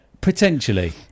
Potentially